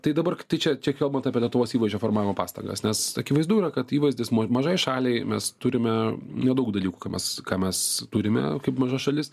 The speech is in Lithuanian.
tai dabar čia čia kalbant apie lietuvos įvaizdžio formavimo pastangas nes akivaizdu yra kad įvaizdis ma mažai šaliai mes turime nedaug dalykų ką mes ką mes turime kaip maža šalis